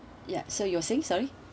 ya so you're saying sorry